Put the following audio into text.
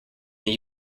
new